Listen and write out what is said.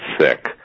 sick